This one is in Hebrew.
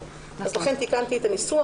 לכן תיקנתי את הניסוח,